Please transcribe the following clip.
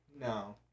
No